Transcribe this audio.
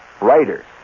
writer